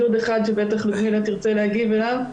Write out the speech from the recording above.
שבטח לודמילה תרצה להגיב אליו.